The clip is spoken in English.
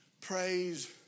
Praise